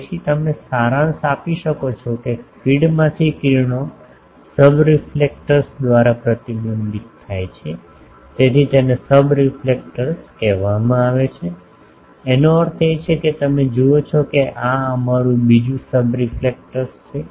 તેથી તમે સારાંશ આપી શકો છો કે ફીડમાંથી કિરણો સબરીફલેક્ટર્સ દ્વારા પ્રતિબિંબિત થાય છે તેથી તેને સબરીફલેક્ટર્સ કહેવામાં આવે છે એનો અર્થ એ છે કે તમે જુઓ છો કે આ અમારું બીજું સબરીફલેક્ટર્સ છે